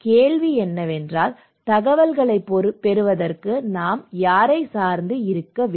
கேள்வி என்னவென்றால் தகவல்களைப் பெறுவதற்கு நாம் யாரைச் சார்ந்து இருக்க வேண்டும்